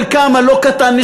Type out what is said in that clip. חלקם הלא-קטן,